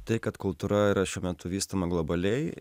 tai kad kultūra yra šiuo metu vystoma globaliai